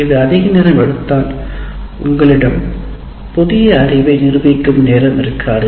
இது அதிக நேரம் எடுத்தால் உங்களிடம் புதிய அறிவை நிரூபிக்கும் நேரம் இருக்காது